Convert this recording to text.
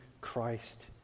Christ